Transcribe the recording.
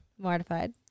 mortified